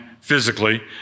physically